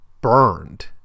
burned